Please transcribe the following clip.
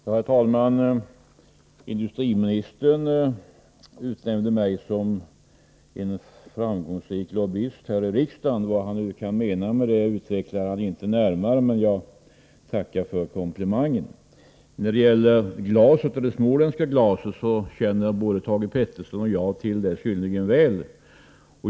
Herr talman! Industriministern utnämnde mig till en framgångsrik lobbyist häri riksdagen. Vad han menade med det utvecklade han inte närmare, men jag tackar för komplimangen. Det småländska glaset känner både Thage Peterson och jag synnerligen väl.